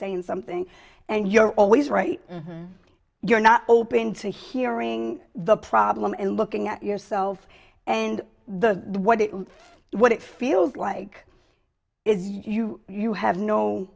saying something and you're always right you're not open to hearing the problem and looking at yourself and the what it what it feels like is you you have no